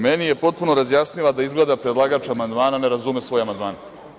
Meni je potpuno razjasnila da izgleda predlagač amandmana ne razume svoje amandmane.